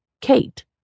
Kate